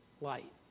light